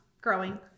growing